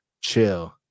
Chill